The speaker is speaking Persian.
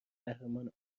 قهرمان